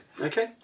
Okay